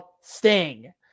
sting